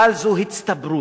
אבל זו הצטברות.